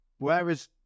whereas